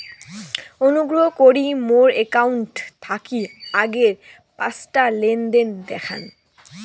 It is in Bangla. অনুগ্রহ করি মোর অ্যাকাউন্ট থাকি আগের পাঁচটা লেনদেন দেখান